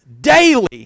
daily